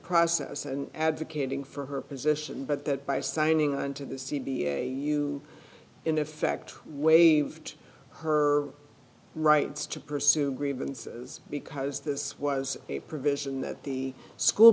process and advocating for her position but that by signing on to the c b a you in effect waived her rights to pursue grievances because this was a provision that the school